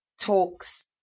talks